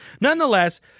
nonetheless